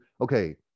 okay